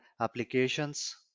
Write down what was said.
applications